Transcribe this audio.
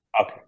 Okay